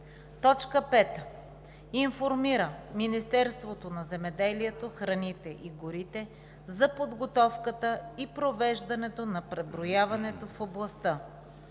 5. информира Министерството на земеделието, храните и горите за подготовката и провеждането на преброяването в областта;